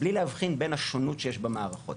בלי להבחין בין השונות שיש במערכות.